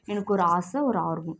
எனக்கு ஒரு ஆசை ஒரு ஆர்வம்